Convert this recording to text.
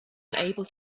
unable